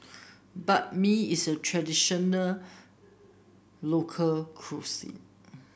Banh Mi is a traditional local cuisine